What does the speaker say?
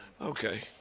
okay